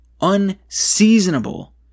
unseasonable